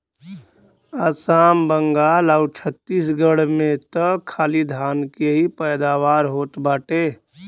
आसाम, बंगाल आउर छतीसगढ़ में त खाली धान के ही पैदावार होत बाटे